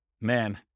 man